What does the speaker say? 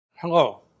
Hello